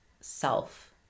self